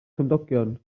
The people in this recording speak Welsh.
cymdogion